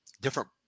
different